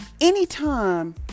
anytime